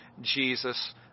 Jesus